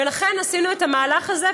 ולכן עשינו את המהלך הזה.